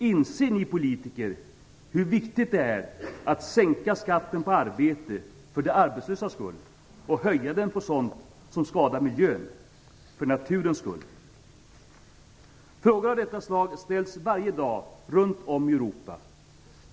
"Inser ni politiker hur viktigt det är att sänka skatten på arbete - för de arbetslösas skull - och höja på den på sånt som skadar miljön - för naturens skull?" Frågor av detta slag ställs varje dag runt om i Europa.